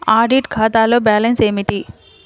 Audit ఖాతాలో balance ఏమిటీ?